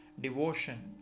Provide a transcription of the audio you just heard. devotion